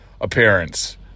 appearance